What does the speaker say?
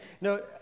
No